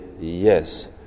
yes